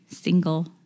single